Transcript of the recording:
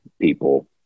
people